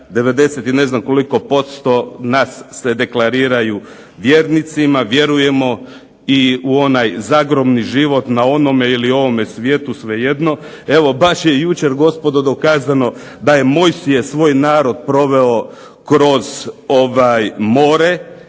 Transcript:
nas se deklariraju vjernicima, vjerujemo i onaj zagrobni život na ovome ili onome svijetu svejedno. Evo baš je jučer gospodo dokazano da je Mojsije svoj narod proveo kroz more